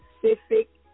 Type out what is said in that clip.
Pacific